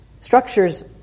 structures